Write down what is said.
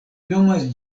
nomas